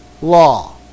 law